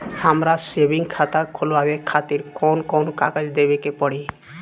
हमार सेविंग खाता खोलवावे खातिर कौन कौन कागज देवे के पड़ी?